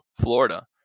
Florida